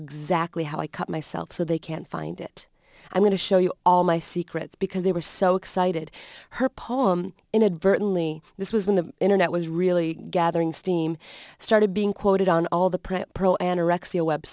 exactly how i cut myself so they can't find it i'm going to show you all my secrets because they were so excited her poem inadvertently this was when the internet was really gathering steam started being quoted on all the print pro anorexia web